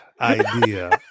idea